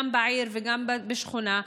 גם בעיר וגם בשכונה.